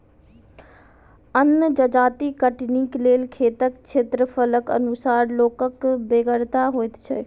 अन्न जजाति कटनीक लेल खेतक क्षेत्रफलक अनुसार लोकक बेगरता होइत छै